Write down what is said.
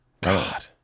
God